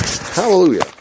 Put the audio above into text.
Hallelujah